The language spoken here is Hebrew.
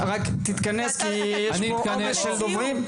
רק תתכנס, כי יש פה עומס של דוברים.